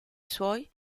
suoi